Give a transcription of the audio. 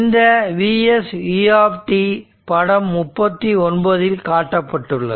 இந்த Vs u படம் 39 இல் காட்டப்பட்டுள்ளது